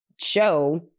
show